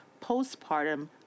postpartum